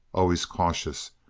always cautious,